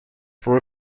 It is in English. for